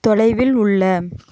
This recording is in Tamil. தொலைவில் உள்ள